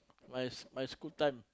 my my school time